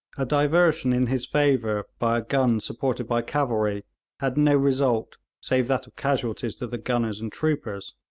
a diversion in his favour by a gun supported by cavalry had no result save that of casualties to the gunners and troopers